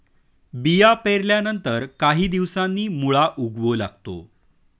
बिया पेरल्यानंतर काही दिवसांनी मुळा उगवू लागतो